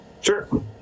Sure